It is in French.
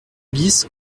bis